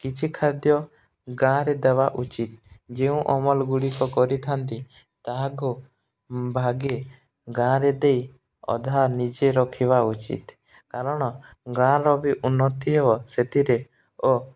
କିଛି ଖାଦ୍ୟ ଗାଁରେ ଦେବା ଉଚିତ୍ ଯେଉଁ ଅମଲଗୁଡ଼ିକ କରିଥାନ୍ତି ତାହାକୁ ଭାଗେ ଗାଁରେ ଦେଇ ଅଧା ନିଜେ ରଖିବା ଉଚିତ୍ କାରଣ ଗାଁର ବି ଉନ୍ନତି ହେବ ସେଥିରେ ଓ